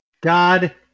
God